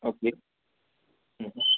okay